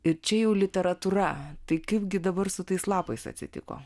ir čia jau literatūra tai kaipgi dabar su tais lapais atsitiko